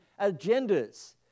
agendas